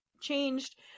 changed